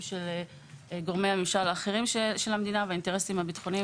של גורמי הממשל האחרים של המדינה והאינטרסים הביטחוניים.